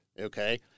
okay